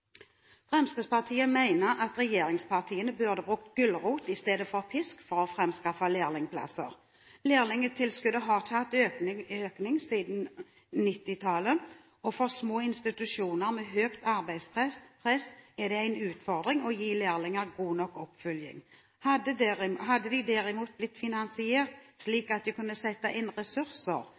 Fremskrittspartiet mener at regjeringspartiene burde brukt gulrot i stedet for pisk for å framskaffe lærlingplasser. Lærlingtilskuddet har ikke hatt økning siden 1990-tallet, og for små institusjoner med høyt arbeidspress er det en utfordring å gi lærlinger god nok oppfølging. Hadde de derimot blitt finansiert slik at vi kunne sette inn ressurser